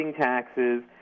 taxes